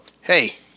hey